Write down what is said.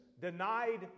denied